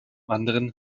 anderen